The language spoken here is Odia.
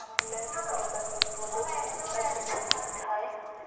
ଆମ୍ବୁଲେନ୍ସ ଗୁଡ଼ିକ ସବୁବେଳେ ଏଭେଲେବୁଲ ଥାଏ